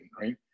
right